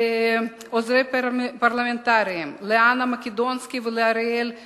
לעוזרים הפרלמנטריים אנה מקדונסקי ואריאל שניאור,